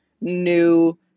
new